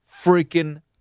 freaking